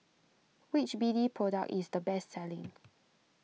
which B D product is the best selling